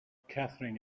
katherine